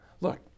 look